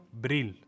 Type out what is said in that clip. Brill